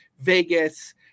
Vegas